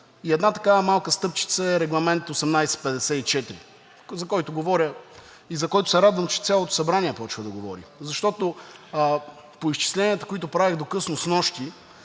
и една такава малка стъпчица е Регламент 1854, за който говоря и за който се радвам, че цялото Събрание почва да говори. Защото по изчисленията, които правих до късно снощи,